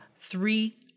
three